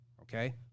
Okay